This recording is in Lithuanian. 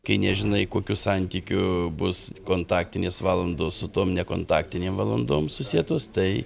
kai nežinai kokiu santykiu bus kontaktinės valandos su tom nekontaktinėm valandom susietos tai